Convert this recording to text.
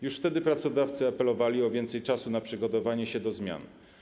Już wtedy pracodawcy apelowali o więcej czasu na przygotowanie się do zmian.